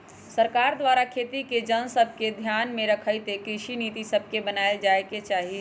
सरकार द्वारा खेती के जन सभके ध्यान में रखइते कृषि नीति सभके बनाएल जाय के चाही